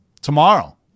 tomorrow